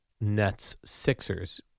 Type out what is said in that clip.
Nets-Sixers